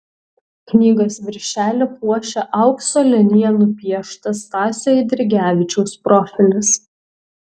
knygos viršelį puošia aukso linija nupieštas stasio eidrigevičiaus profilis